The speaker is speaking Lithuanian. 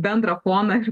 bendrą foną ir